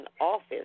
office